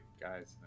guys